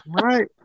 Right